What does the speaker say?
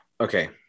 Okay